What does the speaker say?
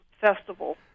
festival